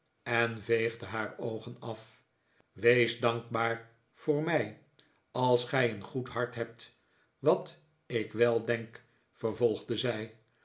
en veegde haar oogen af wees dankbaar voor mij als gij een goed hart hebt wat ik wel denk vervolgde zij